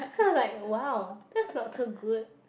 so it's like !wow! that's not so good